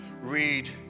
read